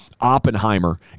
Oppenheimer